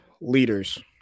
leaders